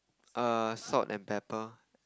err salt and pepper